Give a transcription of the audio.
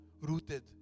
rooted